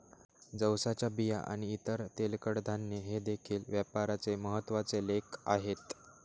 जवसाच्या बिया आणि इतर तेलकट धान्ये हे देखील व्यापाराचे महत्त्वाचे लेख आहेत